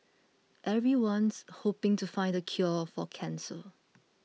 everyone's hoping to find the cure for cancer